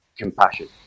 Compassion